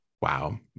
wow